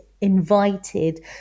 invited